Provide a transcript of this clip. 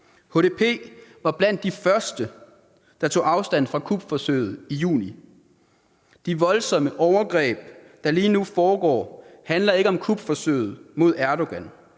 HDP var blandt de første, der tog afstand fra kupforsøget i juni. De voldsomme overgreb, der lige nu foregår, handler ikke om kupforsøget mod Erdogan.